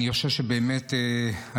אני חושב שבאמת היום,